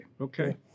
Okay